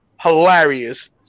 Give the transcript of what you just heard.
Hilarious